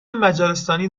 مجارستانی